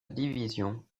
division